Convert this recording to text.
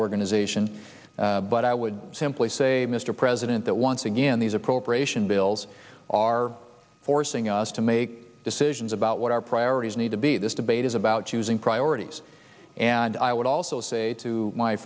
organization but i would simply say mr president that once again these appropriation bills are forcing us to make decisions about what our priorities need to be this debate is about choosing priorities and i would also say to my